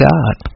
God